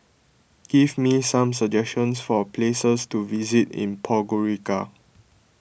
give me some suggestions for places to visit in Podgorica